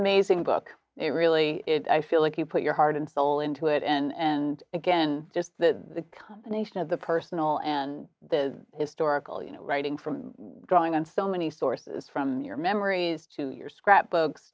amazing book it really is i feel like you put your heart and soul in to it and and again just the combination of the personal and the historical you know writing from drawing on so many sources from your memories to your scrapbooks